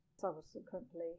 subsequently